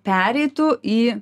pereitų į